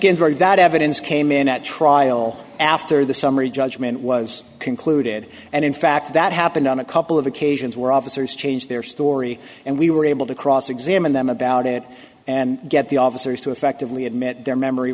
ginsburg that evidence came in at trial after the summary judgment was concluded and in fact that happened on a couple of occasions where officers changed their story and we were able to cross examine them about it and get the officers to effectively admit their memory